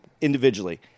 individually